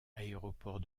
aéroport